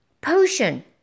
potion